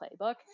playbook